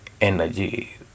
energy